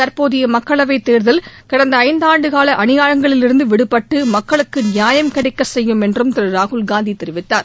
தற்போதைய மக்களவைத் தேர்தல் கடந்த இந்தான்டுகால அநியாயங்களிலிருந்து விடுபட்டு மக்களுக்கு நியாயம் கிடைக்க செய்யும் என்றும் திரு ராகுல்காந்தி தெரிவித்தார்